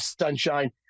sunshine